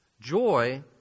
Joy